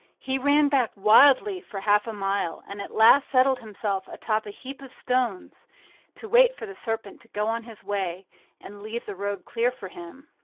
he ran back wildly for half a mile, and at last settled himself atop a heap of stones to wait for the serpent to go on his way and leave the road clear for him.